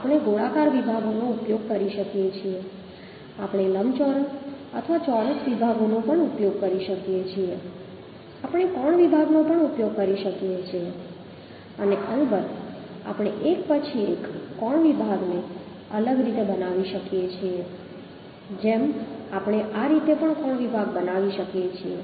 આપણે ગોળાકાર વિભાગનો ઉપયોગ કરી શકીએ છીએ આપણે લંબચોરસ અથવા ચોરસ વિભાગનો ઉપયોગ કરી શકીએ છીએ આપણે કોણ વિભાગનો ઉપયોગ કરી શકીએ છીએ અને અલબત્ત આપણે એક પછી એક કોણ વિભાગને અલગ રીતે બનાવી શકીએ છીએ જેમ આપણે આ રીતે પણ કોણ વિભાગ બનાવી શકીએ છીએ